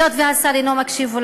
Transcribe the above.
היות שהשר אינו מקשיב,